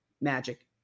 Magic